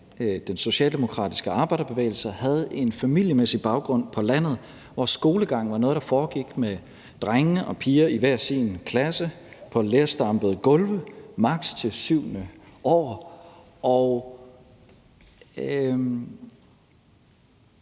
den socialdemokratiske arbejderbevægelse og havde en familiemæssig baggrund på landet, hvor skolegang var noget, der foregik med drenge og piger i hver sin klasse på lerstampede gulve til maks. 7.